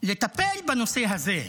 לטפל בנושא הזה,